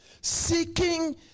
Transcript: Seeking